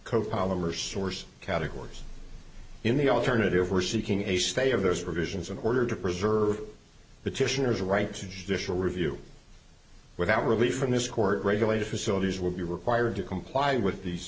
co polymer source categories in the alternative we're seeking a stay of those provisions in order to preserve petitioners rights judicial review without relief from this court regulator facilities will be required to comply with these